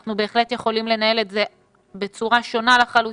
אנחנו בהחלט יכולים לנהל את זה בצורה שונה לחלוטין,